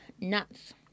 nuts